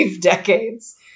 decades